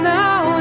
now